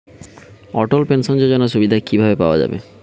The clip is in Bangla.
অটল পেনশন যোজনার সুবিধা কি ভাবে পাওয়া যাবে?